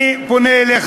אני פונה אליך.